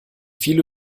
viele